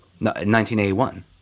1981